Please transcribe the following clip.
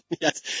Yes